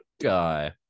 guy